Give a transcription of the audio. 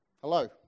Hello